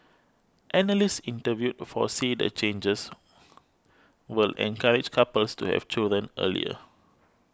analysts interviewed foresee the changes will encourage couples to have children earlier